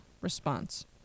response